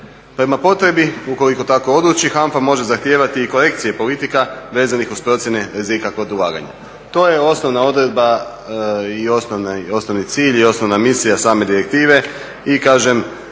Prema potrebi ukoliko tako odluči HANFA može zahtijevati i korekcije politika vezane uz procjene rizika kod ulaganja. To je osnovna odredba, i osnovni cilj, i osnovna misija same direktive i kažem